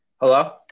Hello